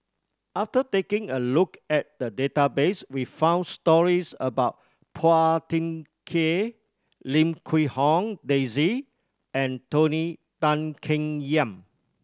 after taking a look at the database we found stories about Phua Thin Kiay Lim Quee Hong Daisy and Tony Tan Keng Yam